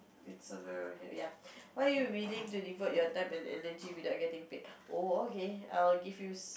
it's somewhere around here ya what are you wiling to devote your time and energy without getting paid oh okay I'll give you